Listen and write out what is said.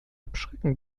abschrecken